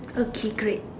okay great